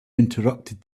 interrupted